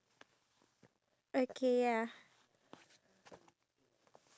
to actually give up whatever we have right now